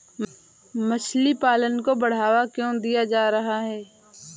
मछली पालन को बढ़ावा क्यों दिया जा रहा है?